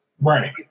Right